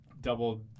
double